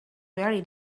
very